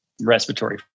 respiratory